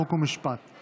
חוק ומשפט נתקבלה.